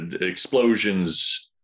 explosions